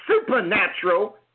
supernatural